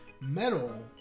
metal